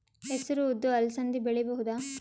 ಹೆಸರು ಉದ್ದು ಅಲಸಂದೆ ಬೆಳೆಯಬಹುದಾ?